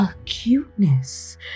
acuteness